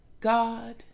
God